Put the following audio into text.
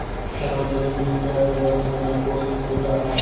सार्वजनिक ऋण के अर्थव्यवस्था में कोस भूमिका आय?